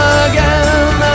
again